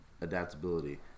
adaptability